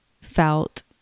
felt